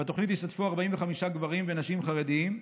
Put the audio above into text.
בתוכנית השתתפו 45 גברים ונשים חרדים,